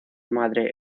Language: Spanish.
madre